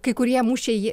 kai kurie mušė jį